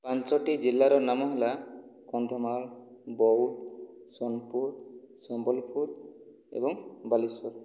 ପାଞ୍ଚୋଟି ଜିଲ୍ଲାର ନାମ ହେଲା କନ୍ଧମାଳ ବୌଦ୍ଧ ସୋନପୁର ସମ୍ବଲପୁର ଏବଂ ବାଲେଶ୍ୱର